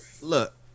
look